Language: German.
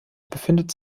befindet